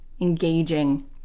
engaging